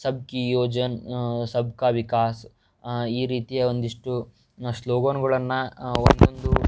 ಸಬ್ ಕಿ ಯೋಜನ್ ಸಬ್ ಕಾ ವಿಕಾಸ್ ಈ ರೀತಿಯ ಒಂದಿಷ್ಟು ಸ್ಲೋಗನ್ಗಳನ್ನು ಒಂದೊಂದು